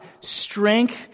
strength